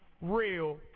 real